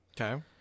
Okay